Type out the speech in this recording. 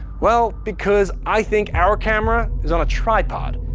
well, because i think our camera is on a tripod,